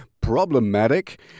problematic